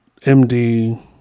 MD